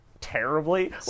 terribly